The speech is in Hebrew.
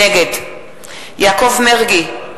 נגד יעקב מרגי,